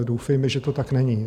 Doufejme, že to tak není.